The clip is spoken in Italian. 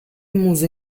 muso